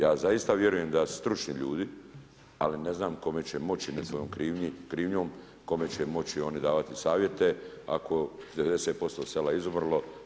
Ja zaista vjerujem da stručni ljudi, ali ne znam kome će moći ne svojom krivnjom, kome će moći oni davati savjete ako je 90% sela izumrlo.